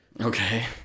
Okay